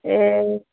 ए